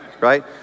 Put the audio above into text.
Right